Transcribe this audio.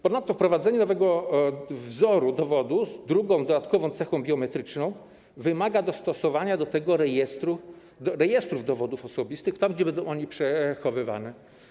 Ponadto wprowadzenie nowego wzoru dowodu z drugą, dodatkową cechą biometryczną wymaga dostosowania do tego rejestru dowodów osobistych, tam gdzie będą one przechowywane.